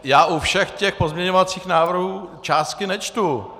Já u všech těch pozměňovacích návrhů částky nečtu.